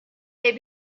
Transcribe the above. they